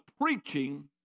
preaching